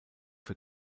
für